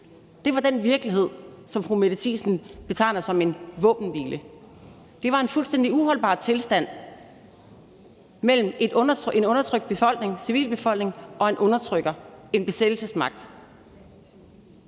Det var den virkelighed, som fru Mette Thiesen betegner som en våbenhvile. Det var en fuldstændig uholdbar tilstand mellem en undertrykt civilbefolkning og en undertrykker, en besættelsesmagt.